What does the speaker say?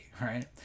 right